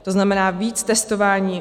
To znamená, víc testování.